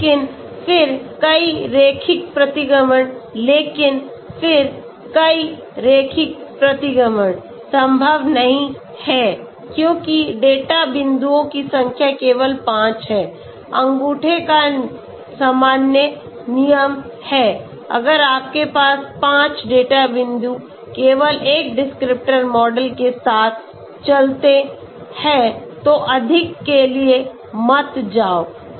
pKi ao a1 लेकिन फिर कई रैखिक प्रतिगमन लेकिन फिर कई रैखिक प्रतिगमन संभव नहीं है क्योंकि डेटा बिंदुओं की संख्या केवल 5 है अंगूठे का सामान्य नियम है अगर आपके पास 5 डेटा बिंदु केवल एक डिस्क्रिप्टर मॉडल के साथ चलते हैं तो अधिक के लिए मत जाओ